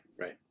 right